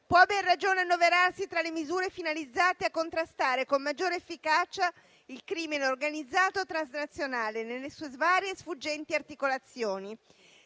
può, a ragione, annoverarsi tra le misure finalizzate a contrastare con maggiore efficacia il crimine organizzato transnazionale, nelle sue varie e sfuggenti articolazioni.